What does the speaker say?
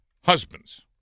husbands